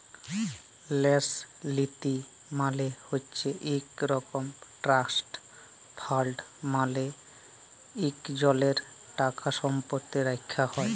ল্যাস লীতি মালে হছে ইক রকম ট্রাস্ট ফাল্ড মালে ইকজলের টাকাসম্পত্তি রাখ্যা হ্যয়